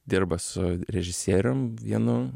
dirba su režisierium vienu